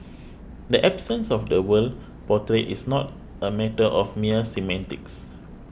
the absence of the word portrayed is not a matter of mere semantics